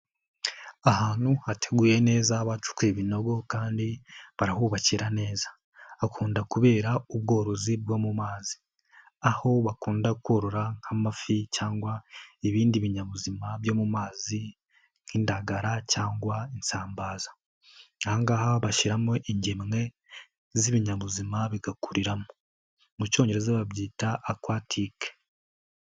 Ahantu hateguye neza bacukuye ibinogo kandi barahubakira neza, hakunda kubera ubworozi bwo mu mazi, aho bakunda korora nk'amafi cyangwa ibindi binyabuzima byo mu mazi nk'indagara cyangwa insambaza, aha ngaha bashyiramo ingemwe z'ibinyabuzima bigakuriramo, mu cyongereza babyita acquatic.